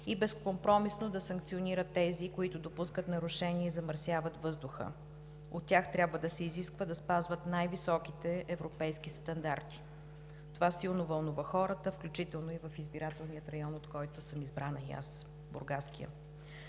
и безкомпромисно да санкционира тези, които допускат нарушения и замърсяват въздуха. От тях трябва да се изисква да спазват най-високите европейски стандарти. Това силно вълнува хората, включително и в избирателния район, от който съм избрана и аз – Бургаският.